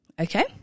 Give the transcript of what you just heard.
okay